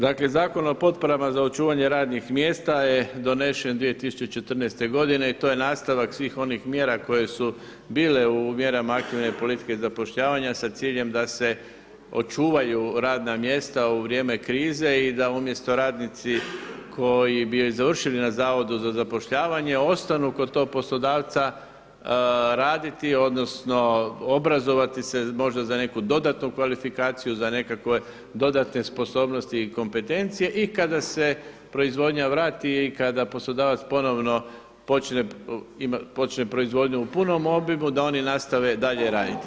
Dakle Zakona o potporama za očuvanje radnih mjesta je donesen 2014. godine i to je nastavak svih onih mjera koje su bile u mjerama aktivne politike zapošljavanja sa ciljem da se očuvaju radna mjesta u vrijeme krize i da umjesto radnici koji bi završili na Zavodu za zapošljavanje ostanu kod tog poslodavca raditi odnosno obrazovati se možda za neku dodatnu kvalifikaciju, za nekakve dodatne sposobnosti i kompetencije i kada se proizvodnja vrati i kada poslodavac ponovno počne proizvodnju u punom obimu da oni nastave dalje raditi.